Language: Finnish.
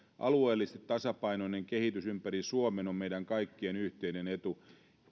alueellisesti tasapainoinen kehitys ympäri suomen on meidän kaikkien yhteinen etu